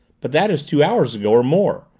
but that is two hours ago or more.